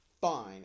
Fine